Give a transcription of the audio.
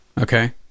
Okay